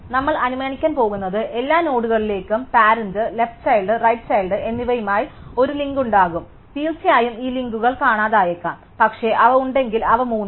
നമ്മൾ അനുമാനിക്കാൻ പോകുന്ന എല്ലാ നോഡുകളിലേക്കും parent left child right child എന്നിവയുമായി ഒരു ലിങ്ക് ഉണ്ടാകും തീർച്ചയായും ഈ ലിങ്കുകൾ കാണാതായേക്കാം പക്ഷേ അവ ഉണ്ടെങ്കിൽ അവ മൂന്നും